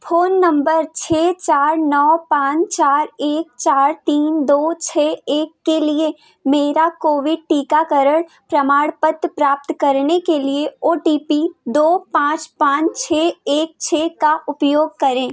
phone number छः चार नौ पाँच चार एक चार तीन दो छः एक के लिए मेरा कोविड टीकाकरण प्रमाणपत्र प्राप्त करने के लिए ओ टी पी दो पाँच पाँच छः एक छः का उपयोग करें